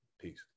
Peace